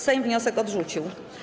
Sejm wniosek odrzucił.